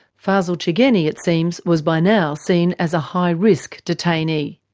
fazel chegeni, it seems, was by now seen as a high risk detainee.